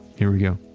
here we go